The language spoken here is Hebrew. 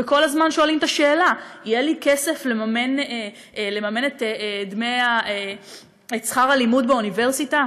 וכל הזמן שואלים את השאלה: יהיה לי כסף לממן את שכר הלימוד באוניברסיטה?